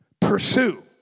Pursue